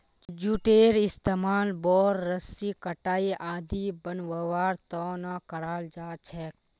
जूटेर इस्तमाल बोर, रस्सी, चटाई आदि बनव्वार त न कराल जा छेक